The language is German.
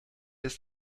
ist